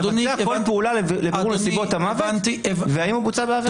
אנחנו נבצע כל פעולה לבירור נסיבות המוות והאם הוא בוצע בעבירה.